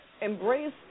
embrace